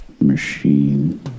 machine